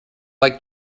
like